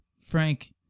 frank